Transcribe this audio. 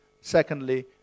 Secondly